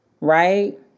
right